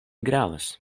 gravas